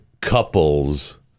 couples